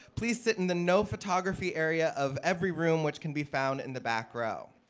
please sit in the no photography area of every room which can be found in the back row.